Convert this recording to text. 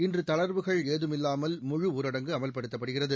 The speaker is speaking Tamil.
இன்று தளர்வுகள் ஏதுமில்லாமல் முழுஊரடங்கு அமவ்படுத்தப்படுகிறது